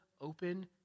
Open